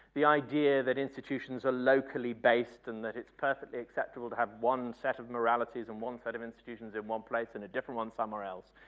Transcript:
the idea that institutions are locally based and that it's perfectly acceptable to have one set of moralities, and one set of institutions in one place and a different one somewhere else.